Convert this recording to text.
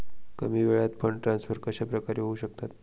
कमी वेळात fund transfer कशाप्रकारे होऊ शकतात?